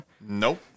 Nope